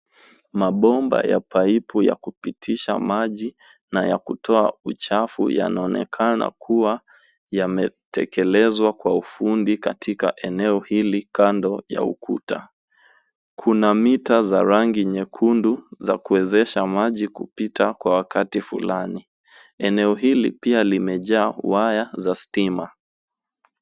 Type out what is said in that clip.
Mabomba ya paipu ya kupitisha maji na ya kutoa uchafu yanaonekana kuwa yametekelezwa kwa ufundi katika eneo hili kando ya ukuta. Kuna mita za rangi nyekundu za kuezesha maji kupita kwa wakati fulani. Eneo hili pia limejaa waya za stima.